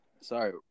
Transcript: sorry